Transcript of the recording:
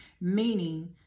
Meaning